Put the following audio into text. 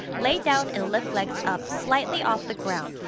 lay down and lift legs up slightly off the ground.